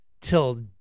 Till